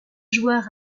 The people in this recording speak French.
joueurs